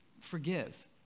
forgive